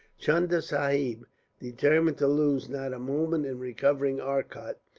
chunda sahib determined to lose not a moment in recovering arcot,